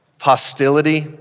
hostility